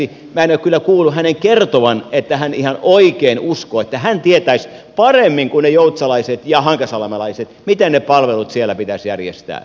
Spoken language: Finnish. minä en ole kyllä kuullut hänen kertovan että hän ihan oikein uskoo että hän tietäisi paremmin kuin ne joutsalaiset ja hankasalmelaiset miten ne palvelut siellä pitäisi järjestää